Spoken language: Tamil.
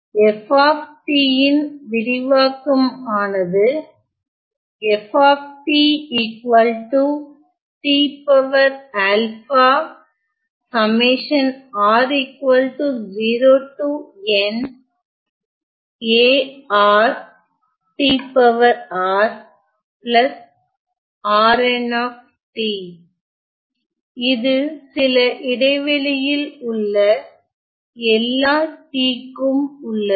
f ன் விரிவாக்கம் ஆனது இது சில இடைவெளியில் உள்ள எல்லா t க்கும் உள்ளது